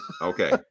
Okay